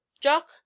Jock